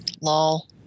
Lol